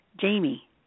Jamie